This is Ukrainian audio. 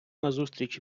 назустріч